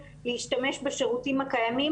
להשתמש בשירותים הקיימים.